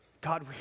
God